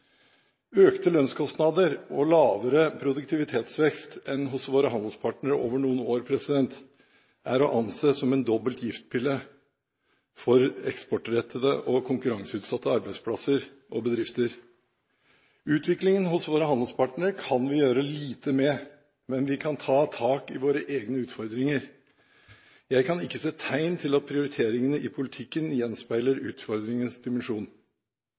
Økte lønnskostnader og lavere produktivitetsvekst enn hos våre handelspartnere over noen år er å anse som en dobbelt giftpille for eksportrettede og konkurranseutsatte arbeidsplasser og bedrifter. Utviklingen hos våre handelspartnere kan vi gjøre lite med, men vi kan ta tak i våre egne utfordringer. Jeg kan ikke se tegn til at prioriteringene i politikken gjenspeiler utfordringens dimensjon.